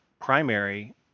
primary